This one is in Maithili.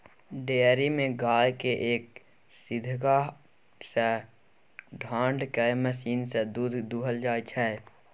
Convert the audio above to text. डेयरी मे गाय केँ एक सीधहा सँ ठाढ़ कए मशीन सँ दुध दुहल जाइ छै